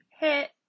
hit